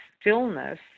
stillness